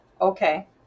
okay